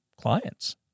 clients